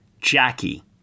Jackie